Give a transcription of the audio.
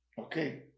okay